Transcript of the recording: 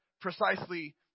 precisely